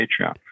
Patreon